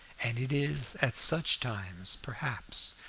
and it is at such times, perhaps,